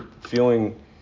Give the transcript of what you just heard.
feeling